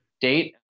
date